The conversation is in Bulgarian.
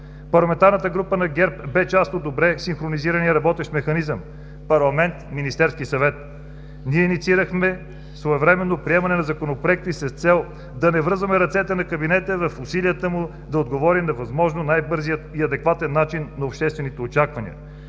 Парламентарната група на ГЕРБ бе част от добре синхронизирания работещ механизъм Парламент – Министерски съвет. Инициирахме своевременно приемане на законопроекти с цел да не връзваме ръцете на кабинета в усилията му да отговори по възможно най-бързия и адекватен начин на обществените очаквания.